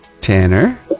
Tanner